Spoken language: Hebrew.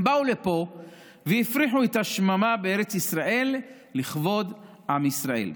הם באו לפה והפריחו את השממה בארץ ישראל לכבוד עם ישראל.